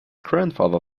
grandfather